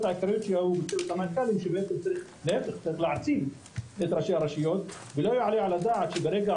העיקריות שצריך להעצים את ראשי הרשויות ולא יעלה על הדעת שברגע